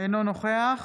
אינו נוכח